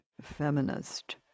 Feminist